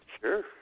Sure